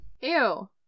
Ew